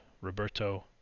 Roberto